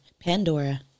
Pandora